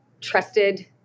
trusted